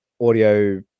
audio